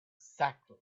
exactly